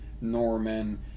Norman